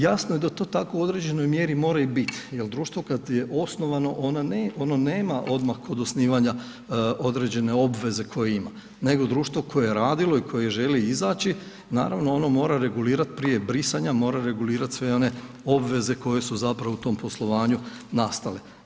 Jasno je da to tako u određenoj mjeri mora i bit jel društvo kad je osnovano, ono nema odmak od osnivanja određene obveze koje ima, nego društvo koje je radilo i koje želi izaći, naravno, ono mora regulirat prije brisanja, mora regulirat sve one obveze koje su zapravo u tom poslovanju nastale.